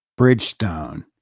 Bridgestone